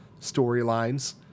storylines